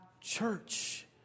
church